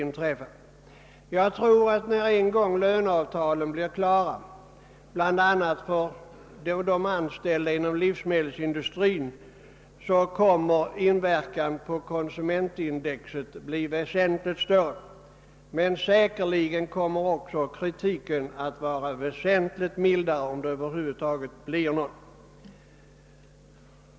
När en gång löneavtalen blir klara bl.a. för de anställda inom livsmedelsindustrin tror jag att inverkan på konsumentindex blir väsentligt större, men säkerligen kommer kritiken att bli väsentligt mildare, om det över huvud taget blir någon kritik.